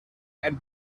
and